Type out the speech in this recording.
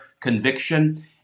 conviction